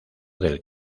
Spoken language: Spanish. del